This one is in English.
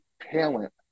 talent